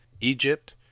Egypt